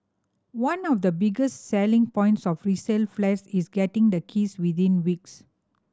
one of the biggest selling points of resale flats is getting the keys within weeks